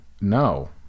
no